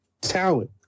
talent